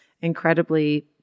incredibly